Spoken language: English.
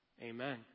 Amen